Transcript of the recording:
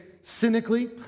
cynically